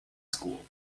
school